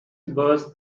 burst